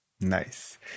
Nice